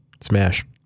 Smash